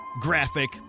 graphic